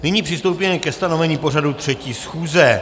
Nyní přistoupíme ke stanovení pořadu 3. schůze.